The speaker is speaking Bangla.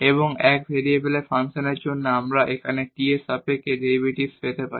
এবং 1 ভেরিয়েবলের ফাংশনের জন্য আমরা এখানে t এর সাপেক্ষে ডেরিভেটিভ পেতে পারি